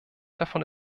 davon